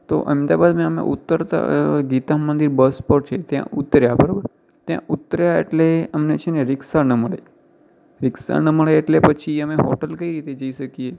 તો અહેમદાબાદમાં અમે ઉતરતા ગીતા મંદિર બસ પહોંચે ને ત્યાં ઉતર્યા બરાબર ત્યાં ઉતર્યા એટલે અમને છે ને રીક્ષા ન મળે રીક્ષા ન મળે એટલે પછી અમે હોટૅલ કઈ રીતે જઈ શકીએ